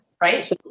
right